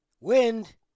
wind